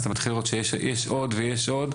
אתה מתחיל לראות שיש עוד ויש עוד,